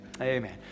Amen